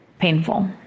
painful